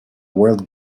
word